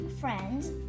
friends